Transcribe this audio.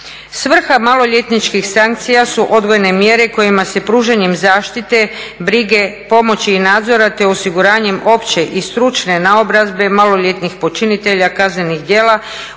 Svrha maloljetničkih sankcija su odgojne mjere kojima se pružanjem zaštite, brige, pomoći i nadzora te osiguranjem opće i stručne naobrazbe maloljetnih počinitelja kaznenih djela utječe